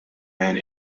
and